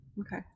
Okay